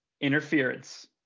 interference